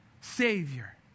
Savior